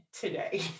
today